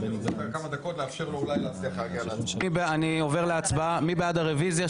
מי בעד הרביזיה,